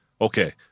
okay